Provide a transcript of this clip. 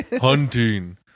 Hunting